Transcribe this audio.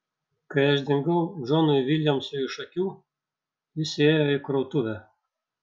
kai aš dingau džonui viljamsui iš akių jis įėjo į krautuvę